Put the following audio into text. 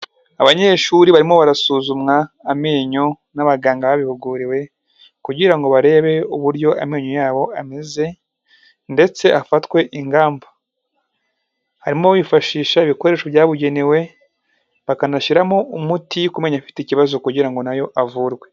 Abanyeshuri barimo barasuzumwa amenyo n'abaganga babihuguriwe, kugira ngo barebe uburyo amenyo yabo ameze ndetse hafatwe ingamba, harimo bifashisha ibikoresho byabugenewe, bakanashyiramo umuti kumenya ufite ikibazo kugira nayo avurwe.